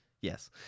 Yes